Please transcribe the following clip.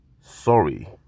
sorry